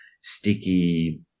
sticky